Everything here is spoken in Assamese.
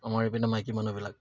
আমাৰ এইপিনে মাইকী মানুহবিলাক